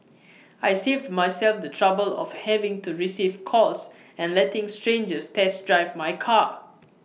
I saved myself the trouble of having to receive calls and letting strangers test drive my car